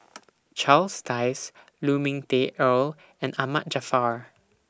Charles Dyce Lu Ming Teh Earl and Ahmad Jaafar